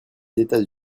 états